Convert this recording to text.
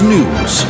News